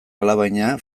alabaina